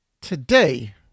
Today